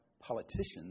politicians